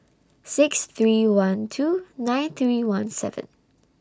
six three one two nine three one seven